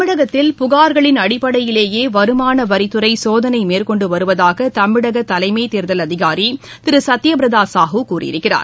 தமிழகத்தில் புகா்களின் அடிப்படையிலேயேவருமானவரித்துறைசோதனைமேற்கொண்டுவருவதாகதமிழகதலைமைதேர்தல் அதிகாரிதிருசத்யபிரதாசாஹூ கூறியிருக்கிறார்